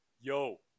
Yo